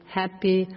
happy